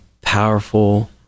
powerful